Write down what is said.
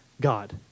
God